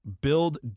build